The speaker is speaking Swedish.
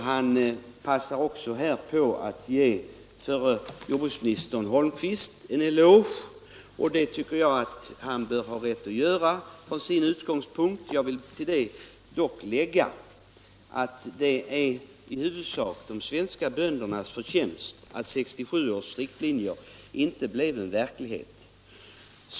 Han passar också på att ge förre jordbruksministern Holmqvist en eloge, och det tycker jag att herr Wictorsson från sin utgångspunkt har rätt att göra. Men jag vill tillägga att det i huvudsak är de svenska böndernas förtjänst att 1967 års riktlinjer inte blev verklighet.